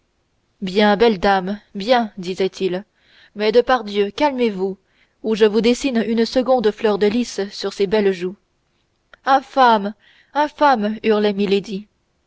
bien belle dame bien disait-il mais de par dieu calmezvous ou je vous dessine une seconde fleur de lis sur l'autre épaule infâme infâme hurlait